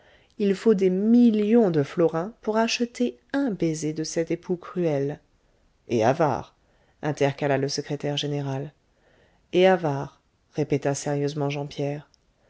il faut des millions de florins pour acheter un baiser de cet époux cruel et avare intercala le secrétaire général et avare répéta sérieusement jean pierre